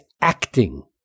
acting